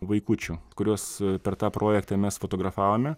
vaikučių kuriuos per tą projektą mes fotografavome